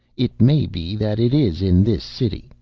it may be that it is in this city,